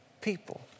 people